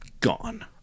Gone